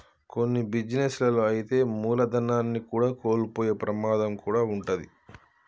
కొన్ని బిజినెస్ లలో అయితే మూలధనాన్ని కూడా కోల్పోయే ప్రమాదం కూడా వుంటది